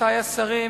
רבותי השרים,